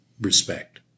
respect